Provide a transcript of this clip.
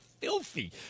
Filthy